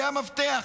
זה המפתח.